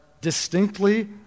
distinctly